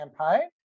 campaign